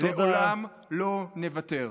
לעולם לא נוותר.